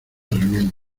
reunión